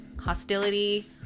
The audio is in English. Hostility